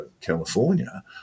California